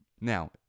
Now